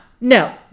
No